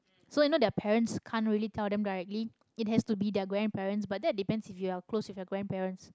so you know their parents can't really tell them directly it has to be their grandparents but that depends if you are close with your grandparents